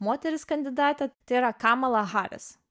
moteris kandidatė tai yra kamala harris